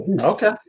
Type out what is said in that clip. Okay